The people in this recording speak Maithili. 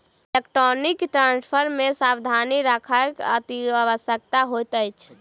इलेक्ट्रौनीक ट्रांस्फर मे सावधानी राखब अतिआवश्यक होइत अछि